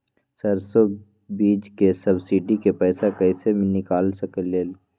सरसों बीज के सब्सिडी के पैसा कईसे निकाल सकीले?